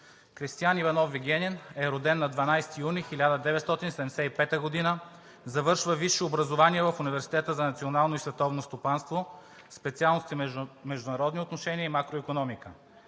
Кристиан Иванов Вигенин е роден на 12 юни 1975 г. Завършва висше образование в Университета за национално и световно стопанство, специалности „Международни отношения“ и „Макроикономика“.